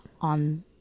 on